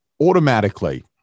automatically